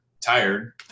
tired